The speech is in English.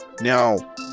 Now